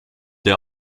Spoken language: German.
der